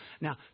Now